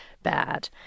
bad